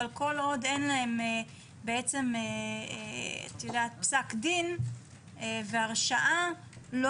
אבל כל עוד אין להם פסק דין והרשעה לא